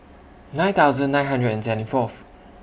nine thousand nine hundred and seventy Fourth